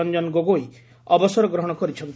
ରଞ୍ଞନ ଗୋଗୋଇ ଅବସର ଗ୍ରହଣ କରିଛନ୍ତି